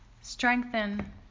Strengthen